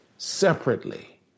separately